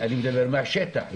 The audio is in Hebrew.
אני מדבר מהשטח.